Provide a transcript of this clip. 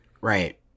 Right